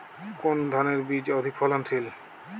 কোন ধানের বীজ অধিক ফলনশীল?